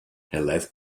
heledd